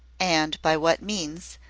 and by what means,